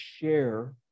share